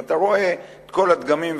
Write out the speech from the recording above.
ואתה רואה את כל הדגמים,